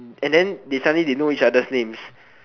and then they suddenly they know each other's names